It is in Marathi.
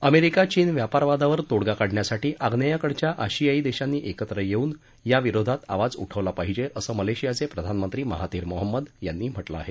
अमेरिका चीन व्यापार वादावर तोडगा काढण्यासाठी अग्नेयकडच्या आशियाई देशांनी एकत्र येऊन या विरोधात आवाज उठवला पाहिज असं मलेशियाचे प्रधानमंत्री महाथीर मोहम्मद यांनी म्हा क़े आहे